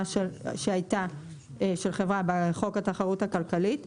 שהייתה של חברה בחוק התחרות הכלכלית,